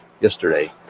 yesterday